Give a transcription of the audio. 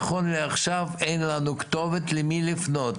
נכון לעכשיו אין לנו כתובת למי לפנות.